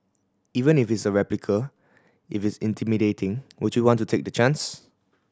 even if is a replica if is intimidating would you want to take the chance